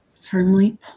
firmly